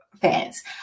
fans